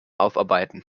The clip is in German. aufarbeiten